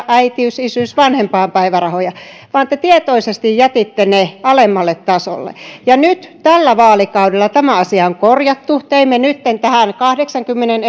äitiys isyys ja vanhempainpäivärahoja vaan te tietoisesti jätitte ne alemmalle tasolle ja nyt tällä vaalikaudella tämä asia on korjattu teemme nytten tähän kahdeksankymmenen